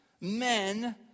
men